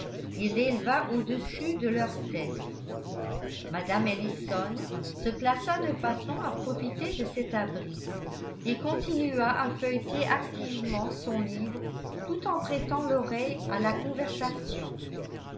et l'éleva au-dessus de leurs têtes mme ellison se plaça de façon à profiter de cet abri et continua à feuilleter activement son livre tout en prêtant l'oreille à la conversation